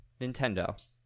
Nintendo